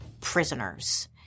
prisoners